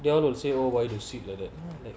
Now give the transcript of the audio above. they all will say oh why the seat like that